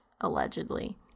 allegedly